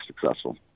successful